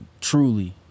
truly